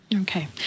Okay